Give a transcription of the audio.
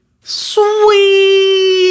Sweet